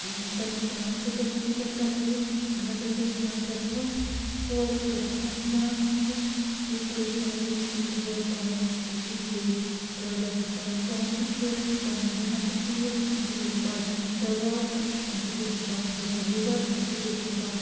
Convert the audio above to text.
پَننِس پانَس تہِ گژھیٚم نہٕ کیٚنٛہہ تکلیٖف بہٕ ہسا چھیٚس وَنان پرٛیٚتھ کٲنسہِ کورِ پرٛیٚتھ کٲنسہِ زَنان موٚہنیِس تُہۍ کٔرِو سا یوٗت تہٕ تیٛوٗت وٲر کَماونٕچۍ کوٗشِش بیٚیہِ روزِ اَمہِ سۭتۍ پَنُن پان تہِ فِٹ پَنُن ذہن تہِ ٹھیٖک اَمہِ سۭتۍ روزِ نہٕ کیٚنٛہہ ذہنی دَباو اَمہِ سۭتۍ گژھہِ نہٕ کانٛہہ فیٹی لِور اَمہِ سۭتۍ گژھہِ نہٕ کانٛہہ